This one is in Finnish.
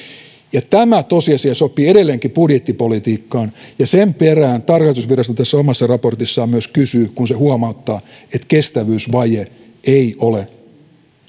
tämä tosiasia sopii edelleenkin budjettipolitiikkaan ja sen perään tarkastusvirasto tässä omassa raportissaan myös kysyy kun se huomauttaa että kestävyysvaje ei ole